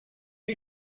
you